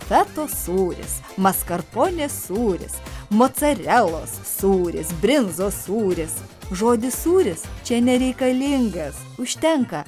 fetos sūris maskarponės sūris mocarelos sūris brinzos sūris žodis sūris čia nereikalingas užtenka